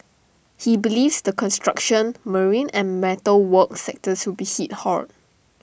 he believes the construction marine and metal work sectors will be hit hard